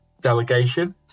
delegation